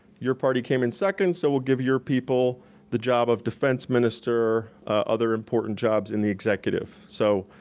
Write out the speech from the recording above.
your party came in second, so we'll give your people the job of defense minister, or other important jobs in the executive, so